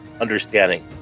understanding